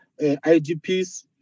IGPs